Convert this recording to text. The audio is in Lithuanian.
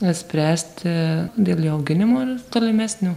nuspręsti dėl jų auginimo ir tolimesnių